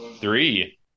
three